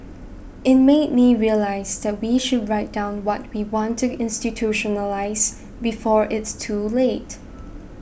it made me realise that we should write down what we want to institutionalise before it's too late